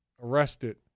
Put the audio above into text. arrested